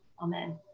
Amen